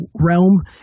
realm